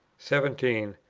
seventeen.